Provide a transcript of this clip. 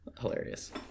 hilarious